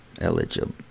Eligible